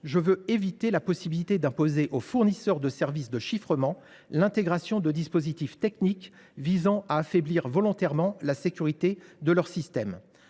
ne soit pas possible d’imposer aux fournisseurs de services de chiffrement d’intégrer des dispositifs techniques visant à affaiblir volontairement la sécurité de leurs systèmes.